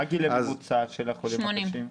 מה הגיל הממוצע של החולים הקשים?